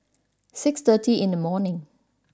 six thirty in the morning